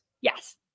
Yes